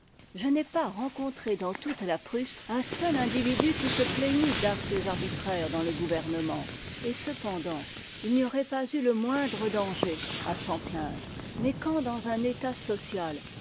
je n'ai pas rencontré dans toute la prusse un seul individu qui se plaignît d'actes arbitraires dans le gouvernement et cependant il n'y aurait pas eu le moindre danger à s'en plaindre mais quand dans un état social